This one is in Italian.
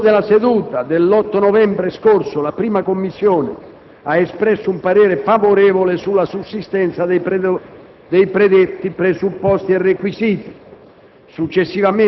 Nel corso della seduta dell'8 novembre scorso la 1a Commissione ha espresso un parere favorevole sulla sussistenza dei predetti presupposti e requisiti.